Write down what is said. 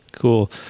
Cool